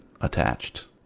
attached